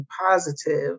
positive